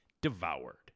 Devoured